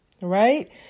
right